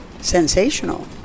Sensational